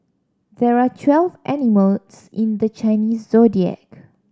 there are twelve animals in the Chinese Zodiac